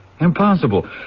Impossible